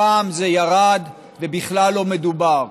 הפעם זה ירד ובכלל לא מדובר.